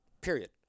period